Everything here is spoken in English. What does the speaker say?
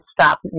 stop